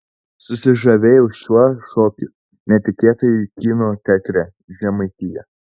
susižavėjau šiuo šokiu netikėtai kino teatre žemaitija